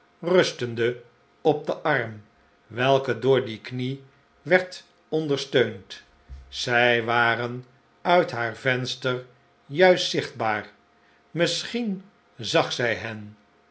rustende op den arm welke door die knie werd ondersteund zij waren uit haar venster juist zichtbaar misschien zag zij hen